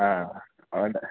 ആ ആ ആ ഉണ്ട്